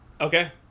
okay